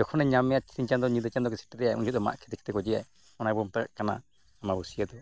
ᱡᱚᱠᱷᱚᱱᱮ ᱧᱟᱢ ᱢᱮᱭᱟ ᱥᱤᱧ ᱪᱟᱸᱫᱳ ᱧᱤᱫᱟᱹ ᱪᱟᱸᱫᱳᱭ ᱥᱮᱴᱮᱨᱮᱭᱟ ᱩᱱ ᱡᱚᱠᱷᱮᱡ ᱫᱚ ᱢᱟᱜ ᱠᱷᱤᱫᱤᱼᱠᱷᱤᱫᱤ ᱜᱚᱡᱮᱭᱟᱭ ᱚᱱᱟ ᱜᱮᱵᱚᱱ ᱢᱮᱛᱟᱜ ᱠᱟᱱᱟ ᱟᱢᱵᱟᱵᱟᱹᱥᱭᱟᱹ ᱫᱚ